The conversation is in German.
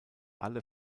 alle